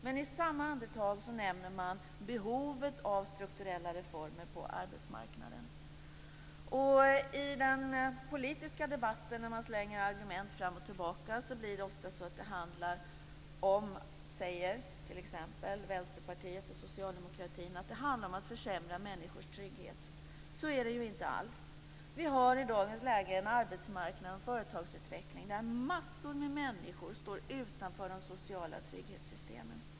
Men i samma andetag nämner man behovet av strukturella reformer på arbetsmarknaden. I den politiska debatten, när man slänger argument fram och tillbaka, säger man ofta i t.ex. Vänsterpartiet och Socialdemokraterna att det handlar om att försämra människors trygghet. Så är det ju inte alls. Vi har i dagens läge en arbetsmarknad och en företagsutveckling där massor med människor står utanför de sociala trygghetssystemen.